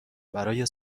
برای